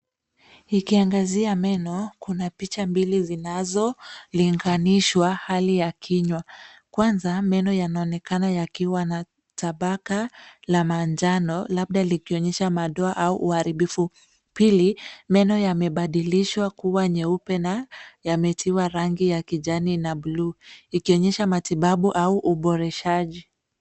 Ikiangazia meno, kuna picha mbili zinazolinganishwa hali ya kinywa. Kwanza , meno yanaonekana yakiwa na tabaka la manjano, labda likionyesha madoa au uharibifu. Pili, meno yamebadilishwa kuwa nyeupe na yametiwa rangi ya kijani na bluu ikionyesha matibabu au uboreshaji.